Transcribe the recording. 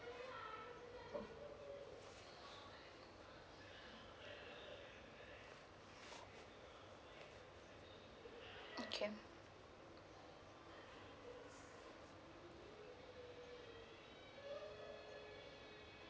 okay okay